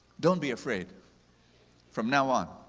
don't be afraid from now on,